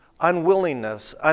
unwillingness